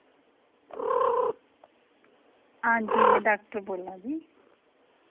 आं जी में डॉक्टर बो्ल्ला दी